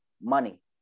money